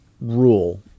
rule